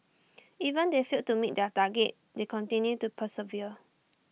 even if you failed to meet their targets they continue to persevere